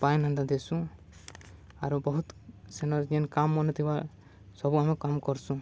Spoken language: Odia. ପାଏନ୍ ହେନ୍ତା ଦେସୁଁ ଆରୁ ବହୁତ ସେନ ଯେନ୍ କାମ୍ମାନେ ଥିବା ସବୁ ଆମେ କାମ୍ କର୍ସୁଁ